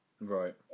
Right